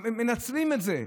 מנצלים את זה.